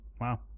Wow